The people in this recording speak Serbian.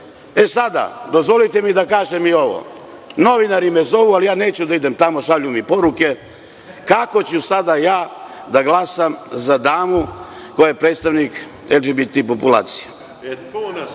sada, dozvolite mi da kažem i ovo. Novinari me zovu, ali ja neću da idem tamo, šalju mi poruke, kako ću sada ja da glasam za damu koja je predstavnik LGBT populacije.(Vojislav